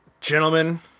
gentlemen